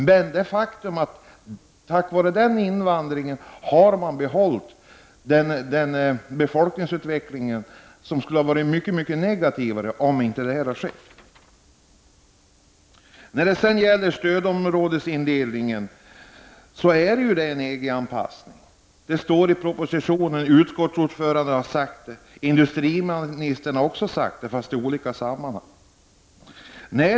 Men det är ett faktum att man tack vare denna invandring behållit en folkmängd som annars skulle ha varit mycket mindre. Stödområdsindelningen är ju en EG-anpassning. Det står i propositionen, utskottsordföranden har sagt det, industriministern också fast i olika sammanhang.